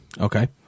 Okay